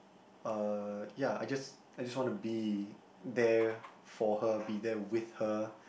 uh ya I just I just want to be there for her be there with her